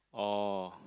oh